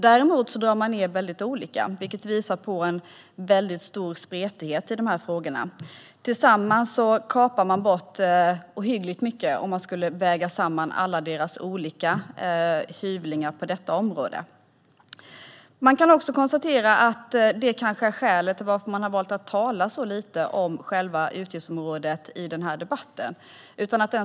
Däremot drar man ned på väldigt olika sätt, vilket visar på en stor spretighet i dessa frågor. Tillsammans kapar man bort ohyggligt mycket, om man skulle väga samman alla deras olika hyvlingar på området. Det är kanske det som är skälet till att man har valt att tala så lite om själva utgiftsområdet i den här debatten.